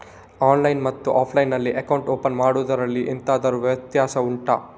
online ಮತ್ತು offline ನಲ್ಲಿ account open ಮಾಡುವುದರಲ್ಲಿ ಎಂತಾದರು ವ್ಯತ್ಯಾಸ ಉಂಟಾ